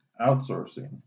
Outsourcing